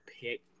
pick